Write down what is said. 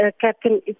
captain